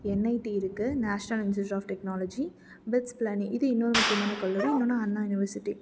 NIT இருக்குது national institute of technology BITS Pilani இது இன்னொரு முக்கியமான கல்லூரி இன்னொன்று அண்ணா யூனிவர்சிட்டி